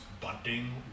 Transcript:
bunting